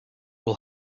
will